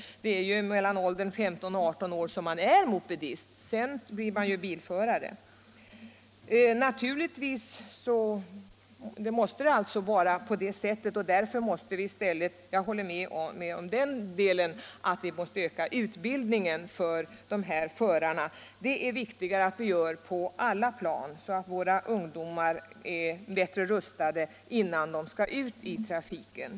Det är ju mellan 15 och 18 år som man är mopedist. Sedan blir man bilförare. Därför är det som sagt naturligt att olyckssiffrorna för denna ålderskategori är höga. Jag håller med om att vi måste öka utbildningen av de här förarna. Det är viktigt att göra det på alla plan så att ungdomarna är bättre rustade när de skall ut i trafiken.